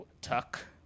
Tuck